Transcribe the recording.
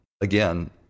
again